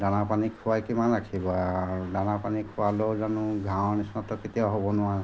দানা পানী খোৱাই কিমান ৰাখিব দানা পানী খোৱালেও জানো গাঁৱৰ নিচিনাটো কেতিয়াও হ'ব নোৱাৰোঁ